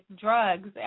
drugs